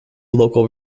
local